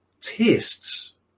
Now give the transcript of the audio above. tests